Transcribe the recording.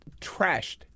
trashed